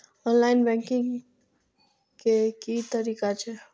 Online banking के की तरीका छै?